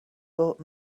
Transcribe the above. brought